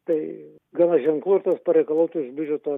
tai gana ženklu ir tos pareikalautų iš biudžeto